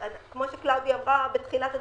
כמו שקלאודיה אמרה בתחילת הדיון,